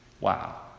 Wow